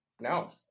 No